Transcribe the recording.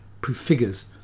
prefigures